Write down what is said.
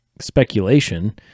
speculation